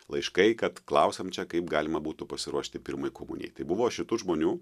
laiškai kad klausiam čia kaip galima būtų pasiruošti pirmai komunijai tai buvo šitų žmonių